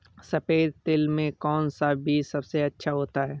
सफेद तिल में कौन सा बीज सबसे अच्छा होता है?